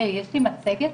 רבה על ההזמנה.